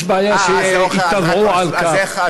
יש בעיה שייתבעו על כך.